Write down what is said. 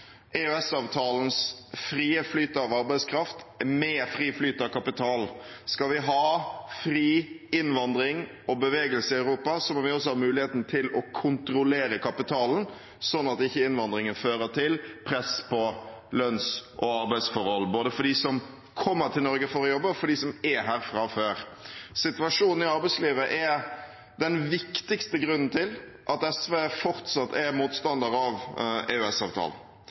EØS-avtalens frie flyt av arbeidskraft og fri flyt av kapital. Skal vi ha fri innvandring og fri bevegelse i Europa, må vi også ha muligheten til å kontrollere kapitalen, slik at ikke innvandringen fører til press på lønns- og arbeidsforhold, både for dem som kommer til Norge for å jobbe, og for dem som er her fra før. Situasjonen i arbeidslivet er den viktigste grunnen til at SV fortsatt er motstander av